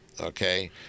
okay